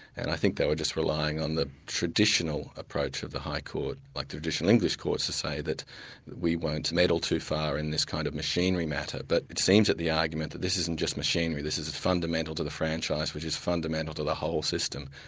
and i think they were just relying on the traditional approach of the high court, like traditional english courts, to say that wee won't meddle too far in this kind of machinery matter, but it seems that the argument, that this isn't just machinery, this is fundamental to the franchise which is fundamental to the whole system,